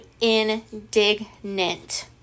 indignant